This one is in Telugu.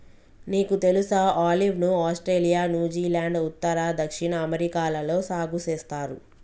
నీకు తెలుసా ఆలివ్ ను ఆస్ట్రేలియా, న్యూజిలాండ్, ఉత్తర, దక్షిణ అమెరికాలలో సాగు సేస్తారు